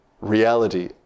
Reality